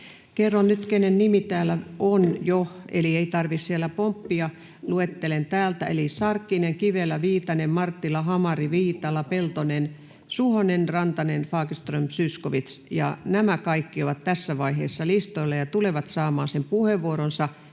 Kerron nyt, keiden nimi täällä jo on. Eli ei tarvitse siellä pomppia, luettelen täältä: Sarkkinen, Kivelä, Viitanen, Marttila, Hamari, Viitala, Peltonen, Suhonen, Rantanen, Fagerström, Zyskowicz. Nämä kaikki ovat tässä vaiheessa listoilla ja tulevat saamaan sen puheenvuoronsa,